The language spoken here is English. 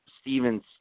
Stevens